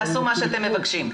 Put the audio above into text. תעשו מה שאנחנו מבקשים.